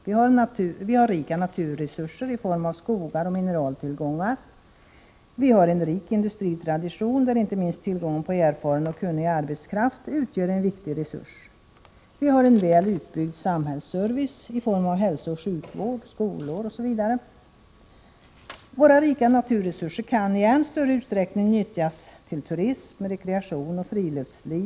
Vi har rika naturresurser i form av skogar och mineraltillgångar, och vi har en rik industritradition — där inte minst tillgången på erfaren och kunnig arbetskraft utgör en viktig resurs. Vi har en väl utbyggd samhällsservice i form av hälsooch sjukvård, skolor, osv. Våra rika naturresurser kan i än större utsträckning nyttjas till turism, rekreation och friluftsliv.